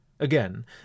Again